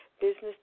business